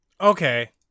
Okay